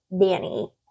danny